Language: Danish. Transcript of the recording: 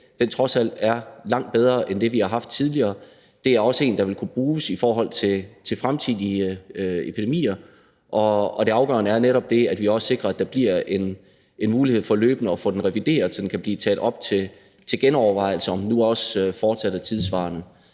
dag, trods alt er langt bedre end det, vi har haft tidligere. Det er også en, der vil kunne bruges i forhold til fremtidige epidemier. Og det afgørende er netop det, at vi også sikrer, at der bliver en mulighed for løbende at få den revideret, så den kan blive taget op til genovervejelse, i forhold til om den nu også fortsat er tidssvarende.